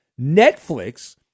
Netflix